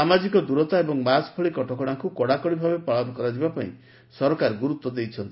ସାମାଜିକ ଦୂରତା ଏବଂ ମାସ୍କ ଭଳି କଟକଶାକୁ କଡାକଡି ଭାବେ ପାଳନ କରାଯିବା ପାଇଁ ସରକାର ଗୁରୁତ୍ ଦେଇଛନ୍ତି